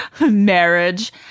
marriage